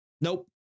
Nope